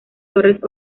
torres